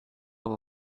help